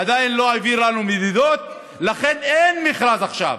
עדיין לא העביר מדידות, לכן אין מכרז עכשיו.